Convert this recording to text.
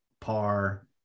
par